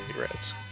Reds